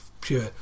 pure